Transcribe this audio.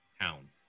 town